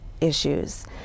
issues